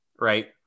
Right